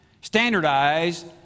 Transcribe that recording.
standardized